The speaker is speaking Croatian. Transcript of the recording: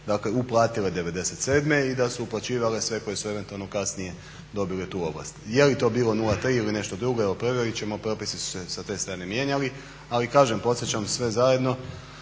dakle uplatile '97. i da su uplaćivale sve koje su eventualno kasnije dobile tu ovlast. Je li to bilo 0,3 ili nešto drugo, evo provjeriti ćemo, propisi su se sa te strane mijenjali ali kažem, podsjećam sve zajedno